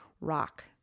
rock